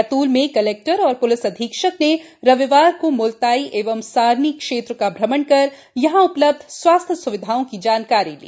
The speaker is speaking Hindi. बैतूल में कलेक्टर एवं प्लिस अधीक्षक ने रविवार को मुलताई एवं सारनी क्षेत्र का भ्रमण कर यहां उपलब्ध स्वास्थ्य स्विधाओं की जानकारी ली